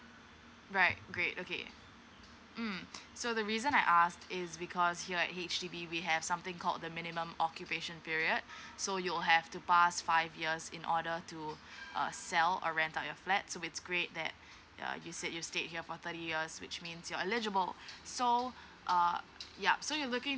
right great okay mm so the reason I asked is because here at H_D_B we have something called the minimum occupation period so you'll have to pass five years in order to uh sell or rent out your flat so it's great that uh you said you stayed here for thirty years which means you're eligible so uh yup so you're looking